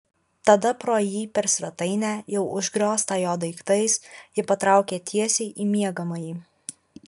tada pro jį per svetainę jau užgrioztą jo daiktais ji patraukė tiesiai į miegamąjį